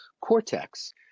cortex